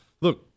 look